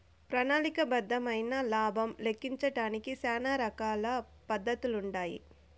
ప్రణాళిక బద్దమైన లాబం లెక్కించడానికి శానా రకాల పద్దతులుండాయి